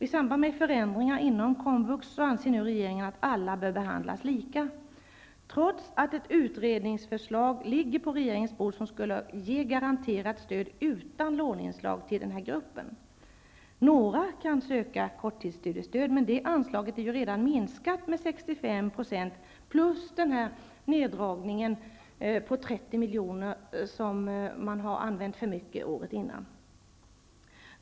I samband med förändringar inom komvux anser nu regeringen att alla bör behandlas lika, trots att ett utredningsförslag ligger på regeringens bord som skulle ge garanterat stöd utan låneinslag till denna grupp. Några kan söka korttidsstudiestöd, men det anslaget är redan minskat med 66 . Dessutom sker en neddragning med 30 milj.kr., som motsvarar vad man använt för mycket året innan.